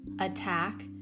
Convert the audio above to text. attack